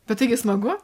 bet taigi smagu